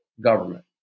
government